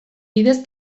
bidez